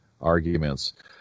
arguments